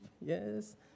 yes